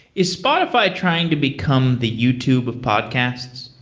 is spotify trying to become the youtube of podcasts?